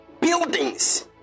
buildings